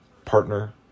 Partner